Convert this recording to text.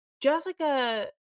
jessica